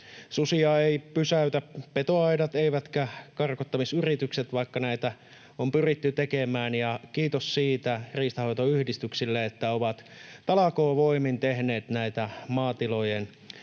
Susia eivät pysäytä petoaidat eivätkä karkottamisyritykset, vaikka näitä on pyritty tekemään. Kiitos siitä riistanhoitoyhdistyksille, että ovat talkoovoimin tehneet näitä